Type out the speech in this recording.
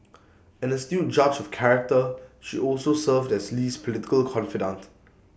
an astute judge of character she also served as Lee's political confidante